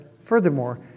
furthermore